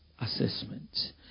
assessment